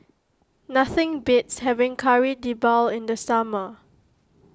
nothing beats having Kari Debal in the summer